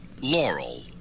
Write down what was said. Laurel